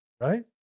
right